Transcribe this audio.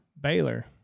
Baylor